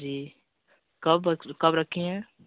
जी कब कब रखे हैं